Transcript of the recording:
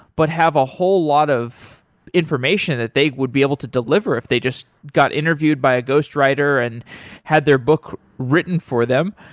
but have a whole lot of information that they would be able to deliver if they just got interviewed by a ghost writer and had their book written for them.